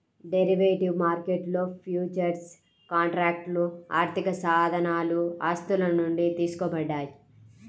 derivative మార్కెట్లో futures కాంట్రాక్ట్లు ఆర్థికసాధనాలు ఆస్తుల నుండి తీసుకోబడ్డాయి